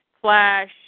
Flash